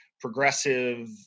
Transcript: progressive